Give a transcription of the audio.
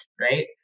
right